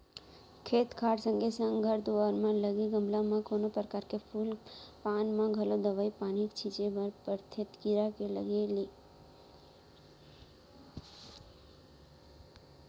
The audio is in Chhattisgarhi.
खेत खार संगे संग घर दुवार म लगे गमला म कोनो परकार के फूल पान म घलौ दवई पानी छींचे बर परथे कीरा के लगे ले